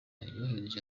yohereje